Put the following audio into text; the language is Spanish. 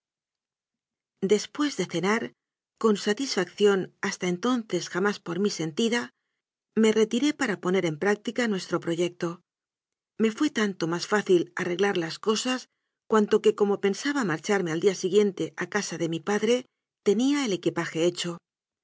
después de cenar con satisfacción hasta enton ces jamás por mí sentida me retiré para poner en práctica nuestro proyecto me fué tanto más fá cil arreglar las cosas cuanto que como pensaba marcharme al día siguiente a casa de mi padre tenía el equipaje hecho